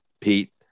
Pete